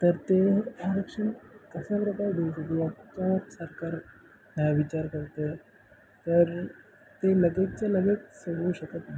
तर ते आरक्षन कशा प्रकारे देऊ शकतो याचा सरकार विचार करते तर ते लगेचच्या लगेच होऊ शकत नाही